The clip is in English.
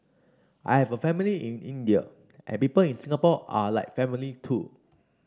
I have a family in India and people in Singapore are like family too